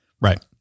Right